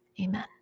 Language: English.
Amen